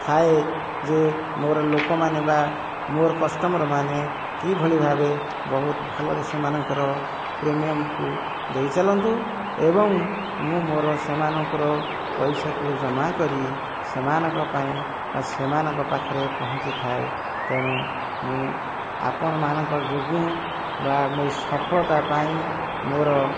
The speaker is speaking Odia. ଥାଏ ଯେ ମୋର ଲୋକମାନେ ବା ମୋର କଷ୍ଟମର ମାନେ କିଭଳି ଭାବେ ବହୁତ ଭଲରେ ସେମାନଙ୍କର ପ୍ରିମିୟମକୁ ଦେଇ ଚାଲନ୍ତୁ ଏବଂ ମୁଁ ମୋର ସେମାନଙ୍କର ପଇସାକୁ ଜମା କରି ସେମାନଙ୍କ ପାଇଁ ବା ସେମାନଙ୍କ ପାଖରେ ପହଁଞ୍ଚିଥାଏ ତେଣୁ ମୁଁ ଆପଣମାନଙ୍କ ଯୋଗୁଁ ବା ମୁଁ ଏହି ସଫଳତା ପାଇଁ ମୋର